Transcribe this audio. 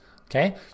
okay